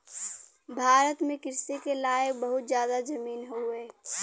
भारत में कृषि के लायक बहुत जादा जमीन हउवे